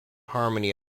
harmony